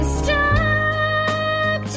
stop